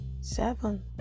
seven